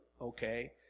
okay